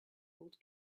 old